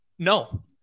No